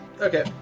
Okay